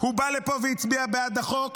הוא בא לפה והצביע בעד החוק.